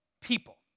people